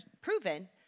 proven